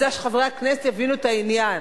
אני רוצה שחברי הכנסת יבינו את העניין,